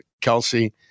Kelsey